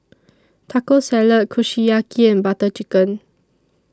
Taco Salad Kushiyaki and Butter Chicken